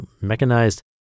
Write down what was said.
mechanized